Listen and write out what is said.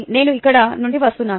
నేను ఇక్కడ నుండి వస్తున్నాను